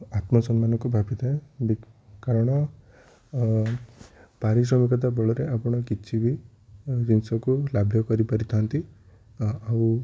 ଆତ୍ମସମ୍ମାନକୁ ଭାବିଥାଏ କାରଣ ପାରିଶ୍ରମିକତା ବଳରେ ଆପଣ କିଛି ବି ଜିନିଷକୁ ଲାଭ୍ୟ କରିପାରିଥାନ୍ତି ଆଉ